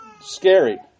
scary